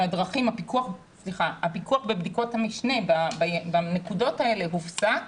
הפיקוח ובדיקות המשנה בנקודות האלה הופסק